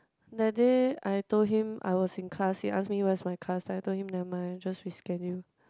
that day I told him I was in class he ask me where's my class then I told him never mind just reschedule